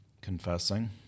confessing